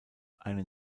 einen